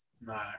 No